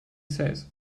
says